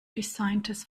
designtes